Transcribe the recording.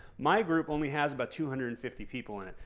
my group only has about two hundred and fifty people in it.